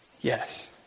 Yes